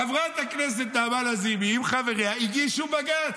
חברת הכנסת נעמה לזימי עם חבריה הגישו בג"ץ.